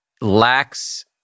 lacks